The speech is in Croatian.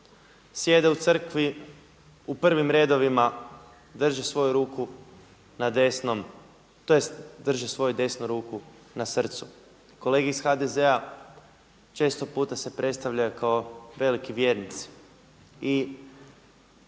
svoju ruku na desnom, tj. drže svoju desnu ruku na srcu, kolege iz HDZ-a često puta se predstavljaju kao veliki vjernici.